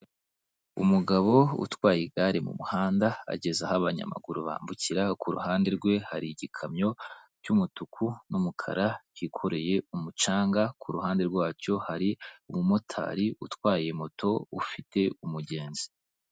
Umugabo utwaye igare mu muhanda, ageza aho abanyamaguru bambukira, ku ruhande rwe hari igikamyo cy'umutuku n'umukara, kikoreye umucanga, ku ruhande rwacyo hari umumotari utwaye moto, ufite umugenzi.